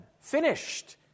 finished